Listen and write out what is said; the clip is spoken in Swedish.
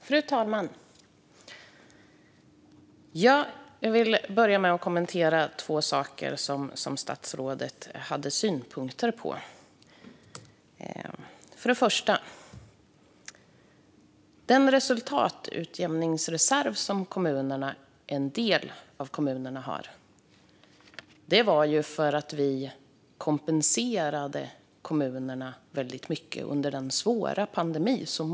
Fru talman! Jag vill börja med att kommentera två saker som statsrådet hade synpunkter på. Det första gäller att den resultatutjämningsreserv som en del av kommunerna har är för att vi kompenserade kommunerna väldigt mycket under den svåra pandemin.